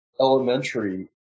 elementary